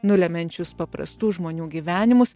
nulemiančius paprastų žmonių gyvenimus